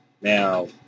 Now